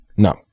No